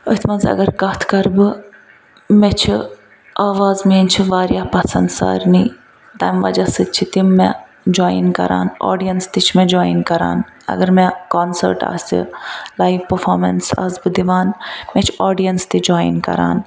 أتھۍ مَنٛز اگر کتھ کَرٕ بہٕ مےٚ چھِ آواز میٛٲنۍ چھِ واریاہ پَسَنٛد سارنٕے تَمہِ وجہ سۭتۍ چھِ تِم مےٚ جویِن کَران آڈیَنس تہِ چھِ مےٚ جویِن کَران اگر مےٚ کانسٲٹ آسہِ لایِو پٔرفامنس آسہٕ بہٕ دِوان مےٚ چھِ آڈیَنس تہِ جویِن کَران